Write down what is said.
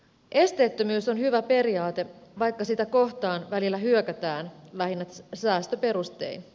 esteettömyys on hyvä periaate vaikka sitä kohtaan välillä hyökätään lähinnä säästöperustein